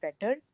better